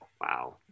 Wow